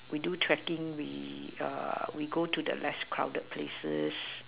we do trekking we err we go to the less crowded places